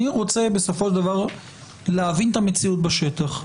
אני רוצה בסופו של דבר להבין את המציאות בשטח,